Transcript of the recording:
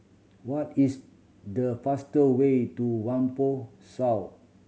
what is the fast way to Whampoa South